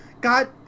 God